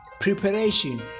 preparation